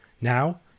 Now